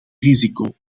risico